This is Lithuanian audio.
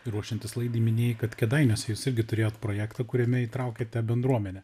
ruošiantis laidai minėjai kad kėdainiuose jūs irgi turėjot projektą kuriame įtraukėte bendruomenę